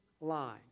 line